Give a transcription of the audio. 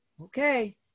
Okay